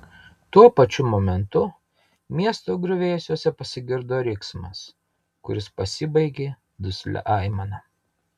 tuo pačiu momentu miesto griuvėsiuose pasigirdo riksmas kuris pasibaigė duslia aimana